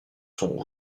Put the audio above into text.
sont